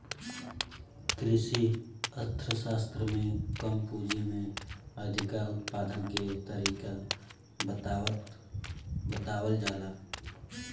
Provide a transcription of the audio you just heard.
कृषि अर्थशास्त्र में कम पूंजी में अधिका उत्पादन के तरीका बतावल जाला